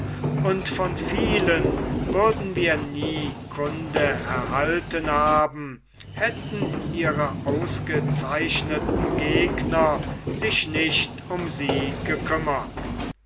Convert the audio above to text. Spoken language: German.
und von vielen würden wir nie kunde erhalten haben hätten ihre ausgezeichneten gegner sich nicht um sie gekümmert